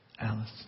Alice